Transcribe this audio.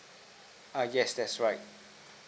err yes that's right